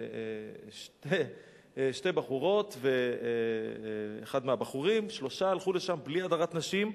שתי בחורות ואחד מהבחורים שלושה הלכו לשם בלי הדרת נשים.